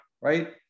right